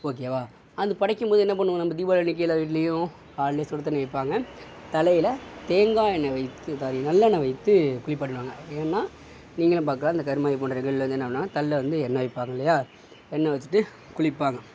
ஓகேவா அது படைக்கும்போது என்ன பண்ணுவோம் நம்ம தீபாளி அன்றைக்கி எல்லார் வீட்லேயும் காலையிலே சுடு தண்ணி வைப்பாங்க தலையில் தேங்காய் எண்ணெய் வைத்து சாரி நல்லெண்ணை வைத்து குளிப்பாட்டுவாங்க ஏன்னால் நீங்களும் பார்க்கலாம் அந்த கருமாதி போன்ற தினங்களில் வந்து என்ன பண்ணுவாங்கனால் தலையில் வந்து எண்ணெய் வைப்பாங்க இல்லையா எண்ணெய் வச்சுட்டு குளிப்பாங்க